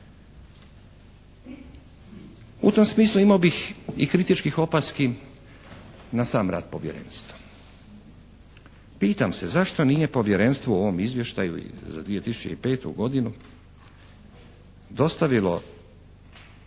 U tom smislu imao bih i kritičkih opaski na sam rad Povjerenstva. Pitam se zašto nije Povjerenstvo u ovom Izvještaju za 2005. godinu dostavilo